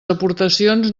aportacions